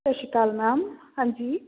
ਸਤਿ ਸ਼੍ਰੀ ਅਕਾਲ ਮੈਮ ਹਾਂਜੀ